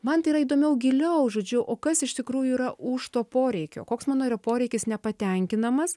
man tai yra įdomiau giliau žodžiu o kas iš tikrųjų yra už to poreikio koks mano yra poreikis nepatenkinamas